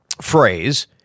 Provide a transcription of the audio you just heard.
phrase